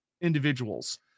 individuals